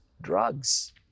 drugs